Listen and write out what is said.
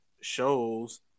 shows